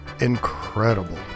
incredible